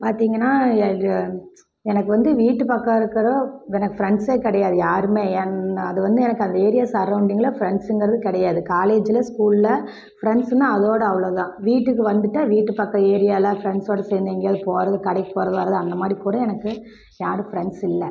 பார்த்திங்கன்னா எனக்கு எனக்கு வந்து வீட்டு பக்கம் இருக்கிற எனக்கு ஃப்ரெண்ட்ஸே கிடையாது யாரும் ஏன் அது வந்து எனக்கு அந்த ஏரியா சரவுண்டிங்கில் ஃப்ரெண்ட்ஸுங்கிறது கிடையாது காலேஜில் ஸ்கூலில் ஃப்ரெண்ட்ஸ்ஸுன்னால் அதோடு அவ்வளோதான் வீட்டுக்கு வந்துட்டால் வீட்டு பக்கம் ஏரியாவில் ஃப்ரெண்ட்ஸோடு சேர்ந்து எங்கேயாவது போகிறது கடைக்கு போகிறது வரது அந்த மாதிரி கூட எனக்கு யாரும் ஃப்ரெண்ட்ஸ் இல்லை